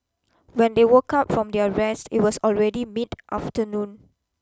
when they woke up from their rest it was already mid afternoon